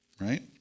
right